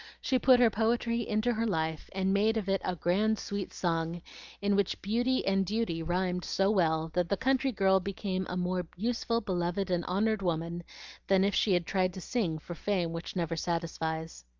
she put her poetry into her life, and made of it a grand sweet song in which beauty and duty rhymed so well that the country girl became a more useful, beloved, and honored woman than if she had tried to sing for fame which never satisfies.